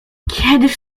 kiedyż